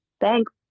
Thanks